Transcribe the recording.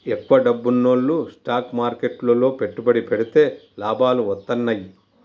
ఎక్కువ డబ్బున్నోల్లు స్టాక్ మార్కెట్లు లో పెట్టుబడి పెడితే లాభాలు వత్తన్నయ్యి